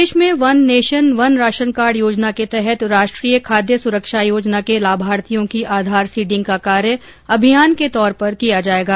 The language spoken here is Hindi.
प्रदेश में one nation one ration card योजना के तहत् राष्ट्रीय खाद्य सुरक्षा योजना के लाभार्थियों की आधार सीडिंग का कार्य अभियान के तौर पर किया जाएगा